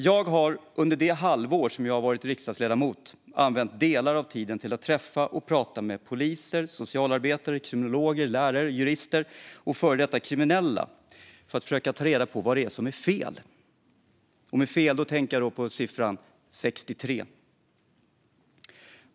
Jag har under det halvår jag varit riksdagsledamot använt delar av tiden till att träffa och prata med poliser, socialarbetare, kriminologer, lärare, jurister och före detta kriminella för att försöka ta reda på vad det är som är fel - och med fel tänker jag då på siffran 63.